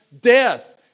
death